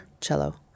cello